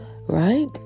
right